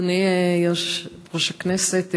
אדוני יושב-ראש הכנסת,